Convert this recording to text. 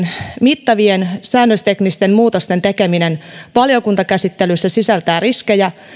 mittavien säännösteknisten muutosten tekeminen valiokuntakäsittelyssä sisältää riskejä